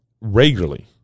regularly